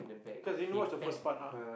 cause I didn't the watch the first part lah